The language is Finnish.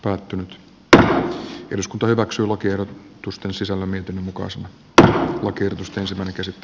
pettynyt että eduskunta hyväksyy lokerot kustansi nyt päätetään lakiehdotusten sisällöstä